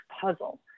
puzzle